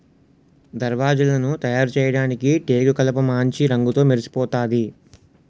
దర్వాజలను తయారుచేయడానికి టేకుకలపమాంచి రంగుతో మెరిసిపోతాది